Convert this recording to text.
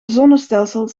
zonnestelsel